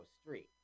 street